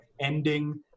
ending